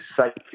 psychic